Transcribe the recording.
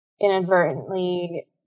inadvertently